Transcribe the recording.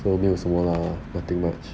我没有什么啦 nothing much